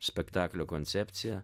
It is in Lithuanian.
spektaklio koncepciją